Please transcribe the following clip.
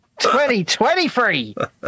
2023